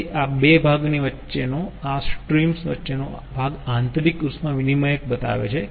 તેથી આ બે ભાગની વચ્ચેનો આ સ્ટ્રીમ્સ વચ્ચેનો ભાગ આંતરિક ઉષ્મા વિનીમયક બતાવે છે